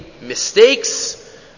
mistakes